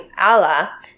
Allah